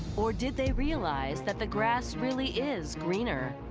or did they realize that the grass really is greener?